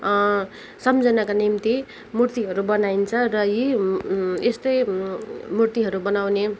सम्झनको निम्ति मुर्तिहरू बनाइन्छ र यी यस्तै मुर्तिहरू बनाउने